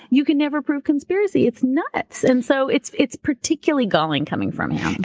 you can never prove conspiracy. it's nuts. and so it's it's particularly galling coming from him.